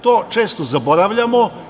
To često zaboravljamo.